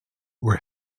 were